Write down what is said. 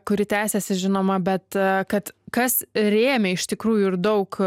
kuri tęsiasi žinoma bet kad kas rėmė iš tikrųjų ir daug